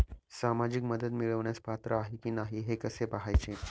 सामाजिक मदत मिळवण्यास पात्र आहे की नाही हे कसे पाहायचे?